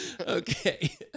Okay